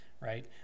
right